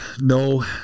No